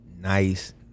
nice